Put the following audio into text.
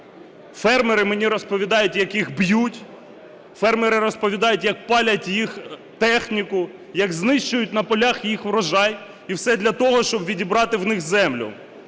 Фермери мені розповідають, як їх б'ють. Фермери розповідають, як палять їх техніку, як знищують на полях їх врожай. І все для того, щоб відібрати в них землю,